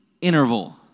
interval